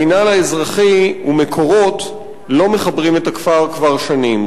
המינהל האזרחי ו"מקורות" לא מחברים את הכפר כבר שנים.